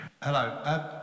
Hello